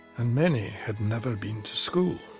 and many had never been to school.